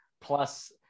plus